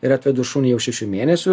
ir atvedu šunį jau šešių mėnesių